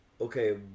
okay